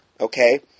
Okay